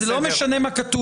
זה לא משנה מה כתוב.